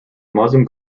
muslim